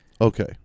okay